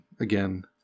again